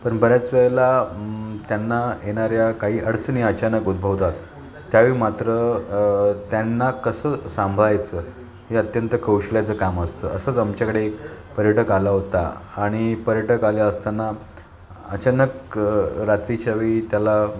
पण बऱ्याच वेळेला त्यांना येणाऱ्या काही अडचणी अचानक उद्भवतात त्यावेळी मात्र त्यांना कसं सांभाळायचं हे अत्यंत कौशल्याचं काम असतं असंच आमच्याकडे एक पर्यटक आला होता आणि पर्यटक आले असताना अचानक रात्रीच्या वेळी त्याला